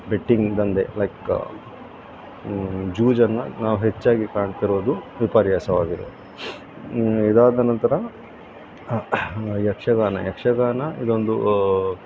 betting ದಂಧೆ like ಜೂಜನ್ನು ನಾವು ಹೆಚ್ಚಾಗಿ ಕಾಣ್ತಾ ಇರೋದು ವಿಪರ್ಯಾಸವಾಗಿದೆ ಇದಾದ ನಂತರ ಯಕ್ಷಗಾನ ಯಕ್ಷಗಾನ ಇದೊಂದು